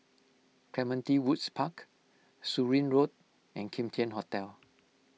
Clementi Woods Park Surin Road and Kim Tian Hotel